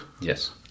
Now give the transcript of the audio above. Yes